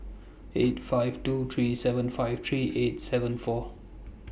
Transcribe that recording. eight five two three seven five three eight seven four